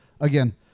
again